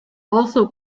also